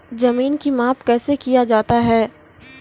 जमीन की माप कैसे किया जाता हैं?